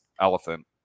elephant